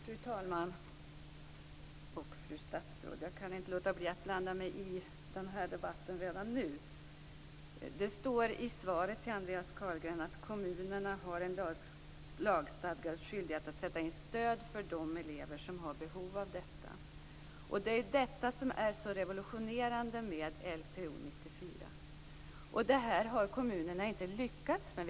Fru talman och fru statsråd! Jag kan inte låta bli att blanda mig i debatten redan nu. Det står i svaret till Andreas Carlgren att kommunerna har en lagstadgad skyldighet att sätta in stöd för de elever som har behov av detta. Det är det som är så revolutionerande med Lpo 94. Det här har kommunerna inte lyckats med.